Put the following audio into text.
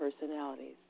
personalities